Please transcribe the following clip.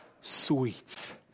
sweet